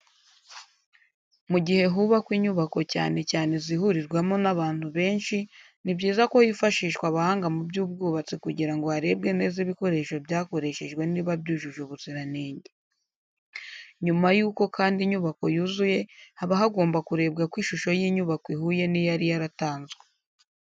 Mu gihe hubakwa inyubako cyane cyane izihurirwamo n’abantu benshi, ni byiza ko hifashishwa abahanga mu by’ubwubatsi kugira ngo, harebwe neza ibikoresho byakoreshejwe niba byujuje ubuziranenge. Nyuma yuko kandi inyubako yuzuye haba hagomba kurebwa ko ishusho y’inyubako ihuye niyari yaratanzwe.